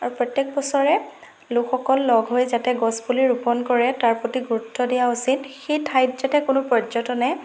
আৰু প্ৰত্যেক বছৰে লোকসকল লগ হৈ যাতে গছপুলি ৰোপণ কৰে তাৰ প্ৰতি গুৰুত্ব দিয়া উচিত সেই ঠাইত যাতে কোনো পৰ্যটনে